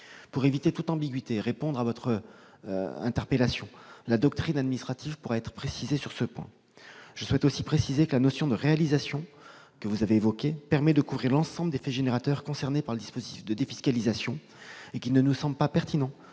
Pour éviter toute ambiguïté et répondre à votre interpellation, la doctrine administrative pourra être précisée sur ce point. Je souhaite aussi préciser que la notion de « réalisation », qui figure dans votre amendement, permet de couvrir l'ensemble des faits générateurs concernés par le dispositif de défiscalisation et qu'il ne nous semble pas pertinent